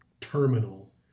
Terminal